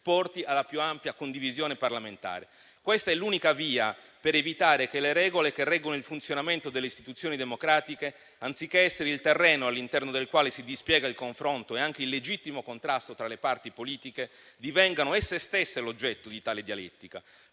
porti alla più ampia condivisione parlamentare. Questa è l'unica via per evitare che le regole che reggono il funzionamento delle istituzioni democratiche, anziché essere il terreno all'interno del quale si dispiegano il confronto e anche il legittimo contrasto tra le parti politiche, divengano esse stesse l'oggetto di tale dialettica.